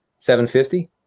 750